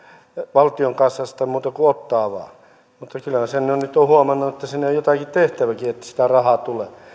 valtion kassasta muuta kuin ottaa vaan mutta kyllähän sen jo nyt olen huomannut että siinä on jotakin tehtäväkin että sitä rahaa tulee